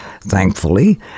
thankfully